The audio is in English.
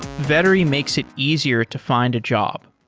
vettery makes it easier to find a job.